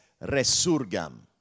resurgam